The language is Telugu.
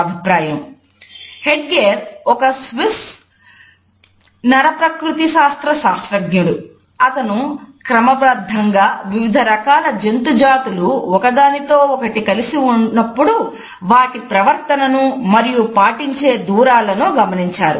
అతను క్రమబద్ధంగా వివిధ రకాల జంతు జాతులు ఒకదానితో ఒకటి కలసినప్పుడు వాటి ప్రవర్తనను మరియు పాటించే దూరాలను గమనించారు